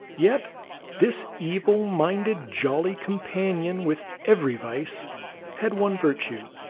yet this evil-minded jolly companion with every vice had one virtue,